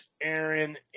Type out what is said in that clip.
Aaron